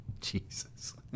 Jesus